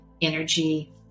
energy